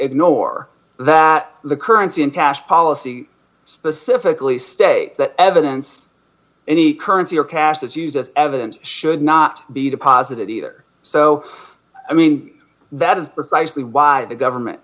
ignore that the current and past policy specifically states that evidence any currency or past is used as evidence should not be deposited either so i mean that is precisely why the government